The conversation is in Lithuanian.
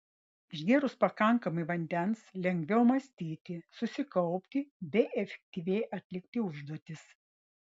išgėrus pakankamai vandens lengviau mąstyti susikaupti bei efektyviai atlikti užduotis